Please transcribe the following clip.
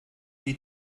die